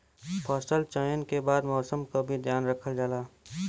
फसल चयन के बाद मौसम क भी ध्यान रखल जाला